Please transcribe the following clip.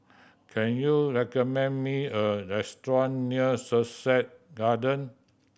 can you recommend me a restaurant near Sussex Garden